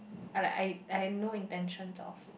I like I I had no intentions of